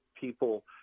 people